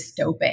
dystopic